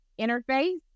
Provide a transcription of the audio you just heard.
interface